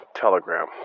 Telegram